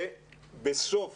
ובסוף